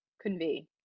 convey